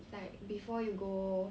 like before you go